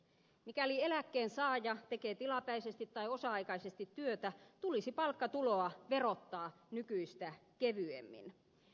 mikäli eläkkeensaaja tekee tilapäisesti tai osa aikaisesti työtä tulisi palkkatuloa verottaa nykyistä kevyemmin